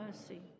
mercy